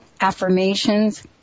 Affirmations